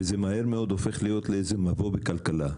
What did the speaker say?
מהר מאוד זה הופך להיות לאיזה מבוא בכלכלה.